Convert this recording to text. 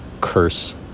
curse